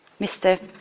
Mr